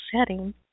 setting